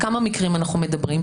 על כמה מקרים אנחנו מדברים.